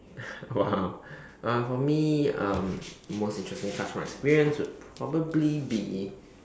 !wow! uh for me um most interesting classroom experience would probably be